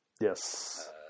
Yes